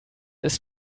ist